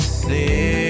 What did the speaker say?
see